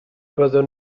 byddwn